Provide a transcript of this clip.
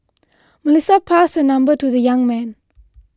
Melissa passed her number to the young man